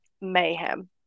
mayhem